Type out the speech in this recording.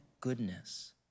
goodness